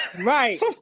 right